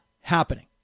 happening